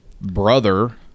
brother